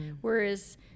Whereas